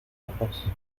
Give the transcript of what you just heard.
ojos